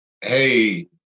hey